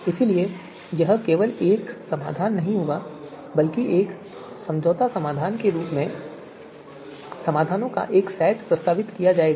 इसलिए यह केवल एक समाधान नहीं होगा बल्कि एक समझौता समाधान के रूप में समाधानों का एक सेट प्रस्तावित किया जाएगा